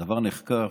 הדבר נחקר